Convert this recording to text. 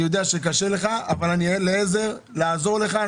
אני יודע שקשה לך, אבל אני כאן כדי לעזור לך.